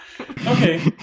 Okay